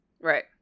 Right